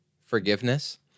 forgiveness